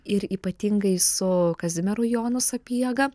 ir ypatingai su kazimieru jonu sapiega